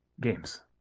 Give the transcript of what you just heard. games